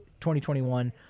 2021